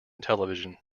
television